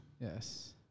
Yes